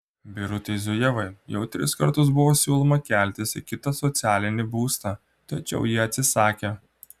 birutei zujevai jau tris kartus buvo siūloma keltis į kitą socialinį būstą tačiau ji atsisakė